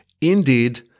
Indeed